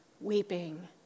weeping